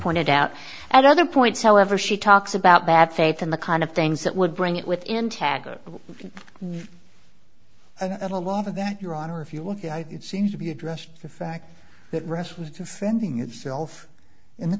pointed out at other points however she talks about bad faith in the kind of things that would bring it with integrity i get a lot of that your honor if you look at it seems to be addressed the fact that rest was defending itself in the